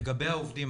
לגבי העובדים,